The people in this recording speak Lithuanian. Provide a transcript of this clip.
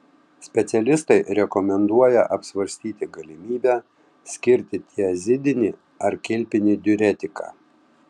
specialistai rekomenduoja apsvarstyti galimybę skirti tiazidinį ar kilpinį diuretiką